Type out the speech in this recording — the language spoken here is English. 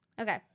okay